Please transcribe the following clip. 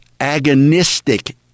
agonistic